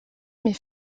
mes